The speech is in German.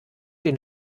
den